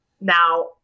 Now